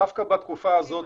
דווקא בתקופה הזאת,